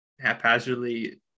haphazardly